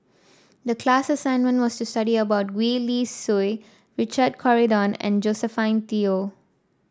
the class assignment was to study about Gwee Li Sui Richard Corridon and Josephine Teo